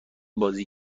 بازی